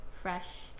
fresh